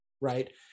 right